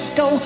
go